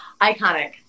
Iconic